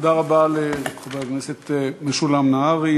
תודה רבה לחבר הכנסת משולם נהרי.